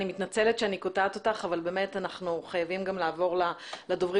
אני מתנצלת שאני קוטעת אותך אבל באמת אנחנו חייבים גם לעבור לדוברים